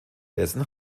dessen